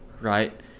right